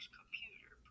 computer